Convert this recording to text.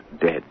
dead